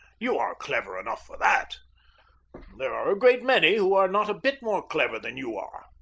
you are clever enough for that there are a great many who are not a bit more clever than you are.